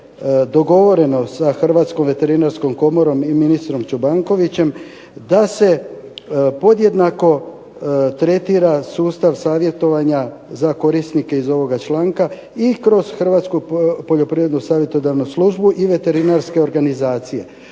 dogovoreno sa Hrvatskom veterinarskom komorom i ministrom Čobankovićem da se podjednako tretira sustav savjetovanja za korisnike iz ovoga članka i kroz Hrvatsku poljoprivrednu savjetodavnu službu i Veterinarske organizacije.